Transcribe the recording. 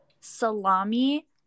salami